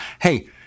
Hey